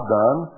done